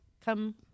Come